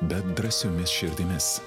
bet drąsiomis širdimis